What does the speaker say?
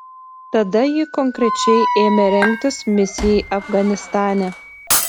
tada ji konkrečiai ėmė rengtis misijai afganistane